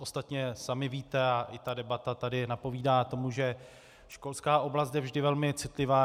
Ostatně sami víte a i debata tady napovídá tomu, že školská oblast je vždy velmi citlivá.